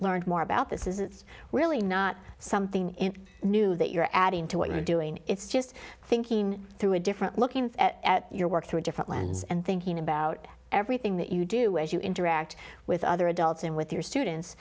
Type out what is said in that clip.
learned more about this is it's really not something new that you're adding to what you're doing it's just thinking through a different looking at your work through a different lens and thinking about everything that you do as you interact with other adults and with your students